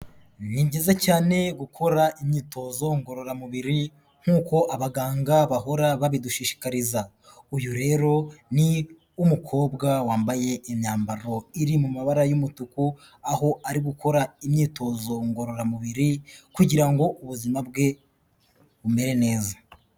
Ni byiza cyane gukora imyitozo ngororamubiri nk'uko abaganga bahora babidushishikariza. Uyu rero ni umukobwa wambaye imyambaro iri mu mabara y'umutuku, aho ari gukora imyitozo ngororamubiri kugira ngo ubuzima bwe bumere neza.